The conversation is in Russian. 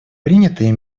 принятые